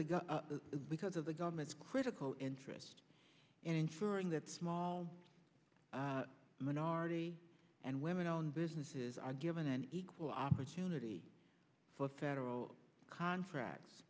the because of the government's critical interest in ensuring that small minority and women owned businesses are given an equal opportunity for federal contracts